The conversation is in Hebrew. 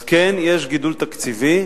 אז כן, יש גידול תקציבי,